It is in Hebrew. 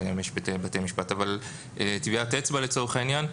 היום בתי משפט או טביעת אצבע לצורך העניין.